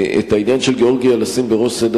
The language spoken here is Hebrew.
לשים את העניין של גאורגיה בראש סדר